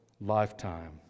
lifetime